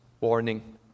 warning